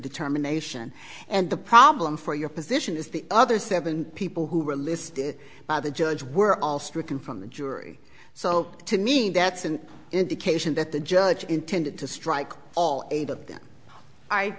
determination and the problem for your position is the other seven people who were listed by the judge were all stricken from the jury so to mean that's an indication that the judge intended to strike all eight of them i